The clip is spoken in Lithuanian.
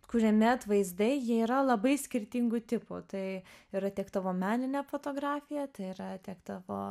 kuriami atvaizdai jie yra labai skirtingų tipų tai yra tiek tavo meninė fotografija tai yra tiek tavo